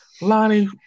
Lonnie